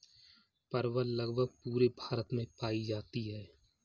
परवल लगभग पूरे भारत में पाई जाती है